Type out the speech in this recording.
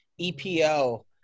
EPO